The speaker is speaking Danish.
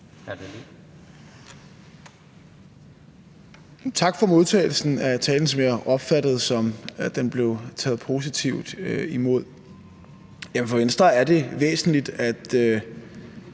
Tak for modtagelsen af talen – jeg opfattede det, som at den blev taget positivt imod. For Venstre er det væsentligt at